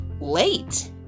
late